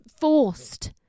forced